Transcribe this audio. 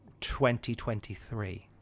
2023